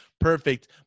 perfect